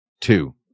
two